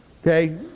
Okay